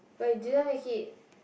but you didn't make it